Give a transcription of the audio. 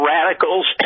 Radicals